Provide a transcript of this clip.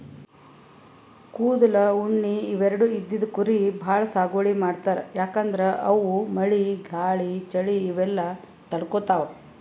ಕೂದಲ್, ಉಣ್ಣಿ ಇವೆರಡು ಇದ್ದಿದ್ ಕುರಿ ಭಾಳ್ ಸಾಗುವಳಿ ಮಾಡ್ತರ್ ಯಾಕಂದ್ರ ಅವು ಮಳಿ ಗಾಳಿ ಚಳಿ ಇವೆಲ್ಲ ತಡ್ಕೊತಾವ್